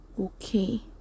okay